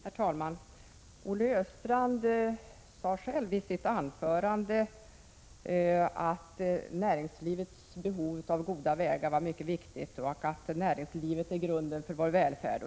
Herr talman! Olle Östrand sade själv i sitt anförande att näringslivets behov av goda vägar är mycket viktigt och att näringslivet är grunden för vår välfärd.